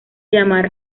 llamar